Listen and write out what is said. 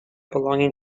belonging